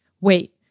Wait